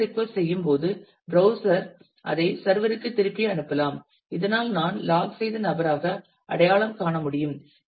அடுத்த ரிக்வெஸ்ட் செய்யும்போது ப்ரௌஸ்சர் அதை சர்வர் ற்கு திருப்பி அனுப்பலாம் இதனால் நான் லாக் செய்த நபராக அடையாளம் காண முடியும்